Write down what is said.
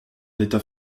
l’état